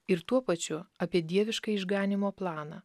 ir tuo pačiu apie dieviškąjį išganymo planą